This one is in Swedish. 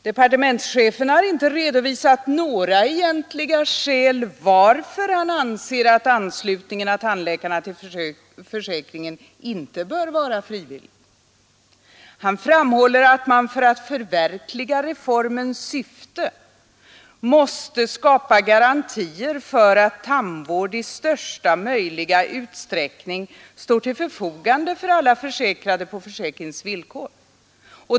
Departementschefen har inte redovisat några egentliga skäl till att han anser att anslutningen av tandläkarna till försäkringen inte bör vara frivillig. Han framhåller att man för att förverkliga reformens syfte måste skapa garantier för att tandvård i största möjliga utsträckning står till förfogande för alla försäkrade på försäkringens villkor.